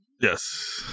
yes